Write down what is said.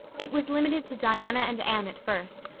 it was limited to diana and anne at first,